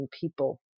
people